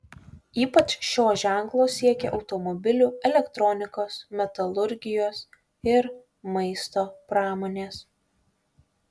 ypač šio ženklo siekia automobilių elektronikos metalurgijos ir maisto pramonės